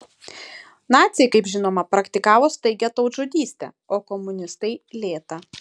naciai kaip žinoma praktikavo staigią tautžudystę o komunistai lėtą